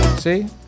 See